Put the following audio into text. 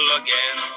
again